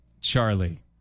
Charlie